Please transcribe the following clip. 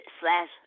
slash